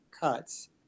cuts